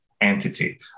Entity